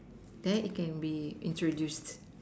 there it can be introduced